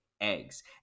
eggs